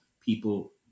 people